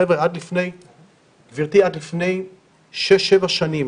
חבר'ה, עד לפני 6-7 שנים